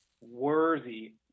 worthy